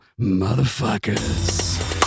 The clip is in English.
motherfuckers